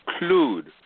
include